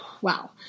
wow